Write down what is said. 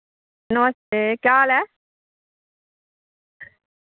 नमस्ते केह् हाल ऐ